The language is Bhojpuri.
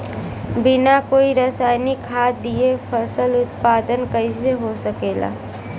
बिना कोई रसायनिक खाद दिए फसल उत्पादन कइसे हो सकेला?